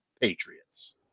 Patriots